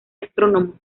astrónomo